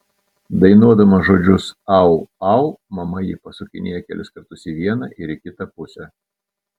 dainuodama žodžius au au mama jį pasukinėja kelis kartus į vieną ir į kitą pusę